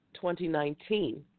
2019